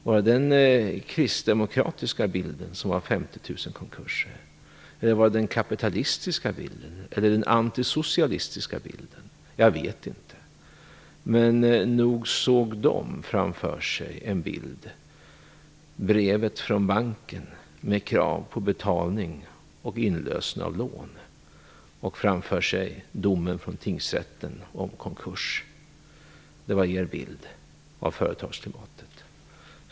Var det den kristdemokratiska bilden, dvs. 50 000 konkurser, eller var det den kapitalistiska bilden eller den antisocialistiska bilden? Inte vet jag. Men nog såg de framför sig en bild: brevet från banken med krav på betalning och inlösen av lån samt domen från tingsrätten om konkurs. Det var er bild av företagsklimatet.